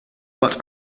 what